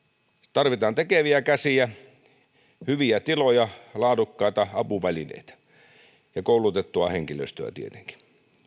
tarvitaan tekeviä käsiä hyviä tiloja laadukkaita apuvälineitä ja koulutettua henkilöstöä tietenkin